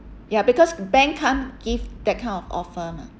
ya because bank can't give that kind of offer mah